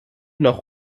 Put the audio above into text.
noch